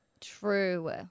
True